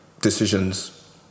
decisions